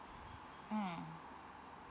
mm